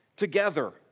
Together